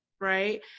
Right